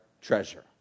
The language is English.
treasure